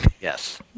Yes